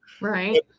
Right